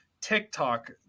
TikTok